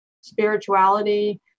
spirituality